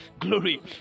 glory